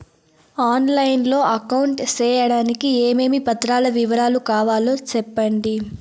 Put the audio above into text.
On line లో account సేయడానికి ఏమేమి పత్రాల వివరాలు కావాలో సెప్పండి?